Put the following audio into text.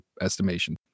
estimation